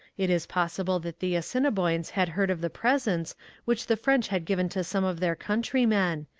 it is possible that the assiniboines had heard of the presents which the french had given to some of their countrymen,